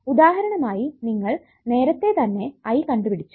ഉദാഹരണമായി നിങ്ങൾ നേരത്തെ തന്നെ I കണ്ടുപിടിച്ചു